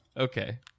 okay